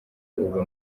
ubu